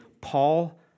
Paul